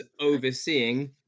overseeing